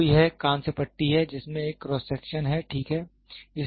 तो यह कांस्य पट्टी है जिसमें एक क्रॉस सेक्शन है ठीक है